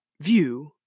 view